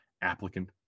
Applicant